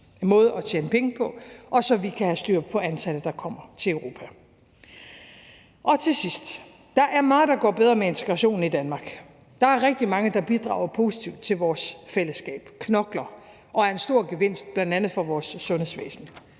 måde at tjene penge på, og så vi kan få styr på antallet, der kommer til Europa. Kl. 10:09 Til sidst vil jeg sige, at der er meget, der går bedre med integrationen i Danmark. Der er rigtig mange, der bidrager positivt til vores fællesskab, knokler og er en stor gevinst, bl.a. for vores sundhedsvæsen.